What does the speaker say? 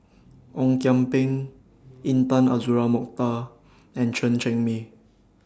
Ong Kian Peng Intan Azura Mokhtar and Chen Cheng Mei